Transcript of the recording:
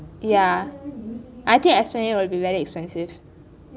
ya I think esplanade will be very expensive